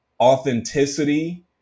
authenticity